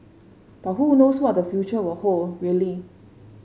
but who knows what the future will hold really